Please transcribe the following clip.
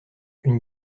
une